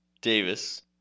Davis